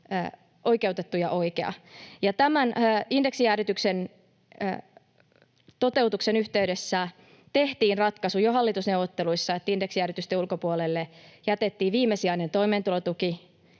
oikeutettu ja oikea. Tämän indeksijäädytyksen toteutuksen yhteydessä tehtiin ratkaisu jo hallitusneuvotteluissa, että indeksijäädytysten ulkopuolelle jätettiin viimesijainen toimeentulotuki,